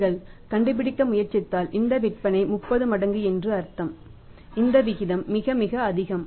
நீங்கள் கண்டுபிடிக்க முயற்சித்தால் இந்த விற்பனை 30 மடங்கு என்று அர்த்தம் இந்த விகிதம் மிக மிக அதிகம்